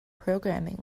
programming